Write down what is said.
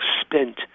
spent